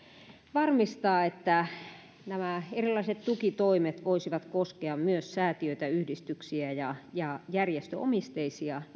varmistaa että nämä erilaiset tukitoimet voisivat koskea myös säätiöitä yhdistyksiä ja ja järjestöomisteisia